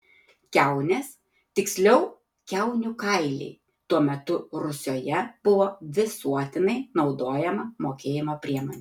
kiaunės tiksliau kiaunių kailiai tuo metu rusioje buvo visuotinai naudojama mokėjimo priemonė